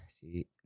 See